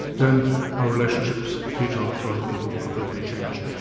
then our relationships to each other, to other people, have really changed.